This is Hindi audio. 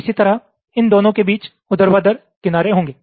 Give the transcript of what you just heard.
इसी तरह इन दोनों के बीच ऊर्ध्वाधर किनारे होंगे